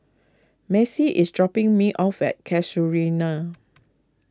Macey is dropping me off at Casuarina